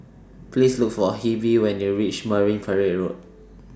Please Look For Heber when YOU REACH Marine Parade Road